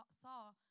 saw